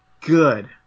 Good